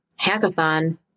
hackathon